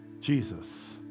Jesus